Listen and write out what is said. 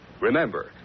Remember